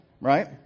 right